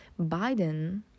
Biden